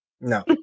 No